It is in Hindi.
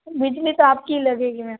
बिजली तो आपकी ही लगेगी मेम